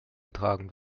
getragen